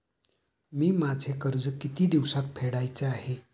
मी माझे कर्ज किती दिवसांत फेडायचे आहे?